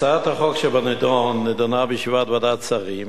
הצעת החוק שבנדון נדונה בישיבת ועדת שרים